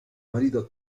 marito